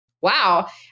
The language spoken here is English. wow